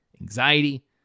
anxiety